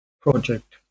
project